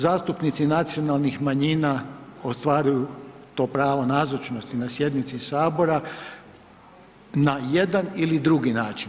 Zastupnici nacionalnih manjina ostvaruju to pravo nazočnosti na sjednici sabora na jedan ili drugi način.